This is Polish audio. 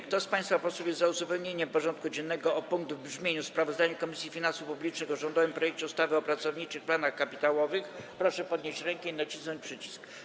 Kto z państwa posłów jest za uzupełnieniem porządku dziennego o punkt w brzmieniu: Sprawozdanie Komisji Finansów Publicznych o rządowym projekcie ustawy o pracowniczych planach kapitałowych, proszę podnieść rękę i nacisnąć przycisk.